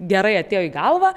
gerai atėjo į galvą